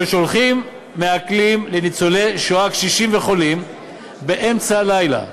ששולחים מעקלים לניצולי שואה קשישים וחולים באמצע הלילה,